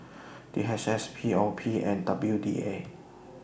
D H S P O P and W D A